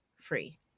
free